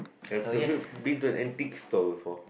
have have you been to an antique store before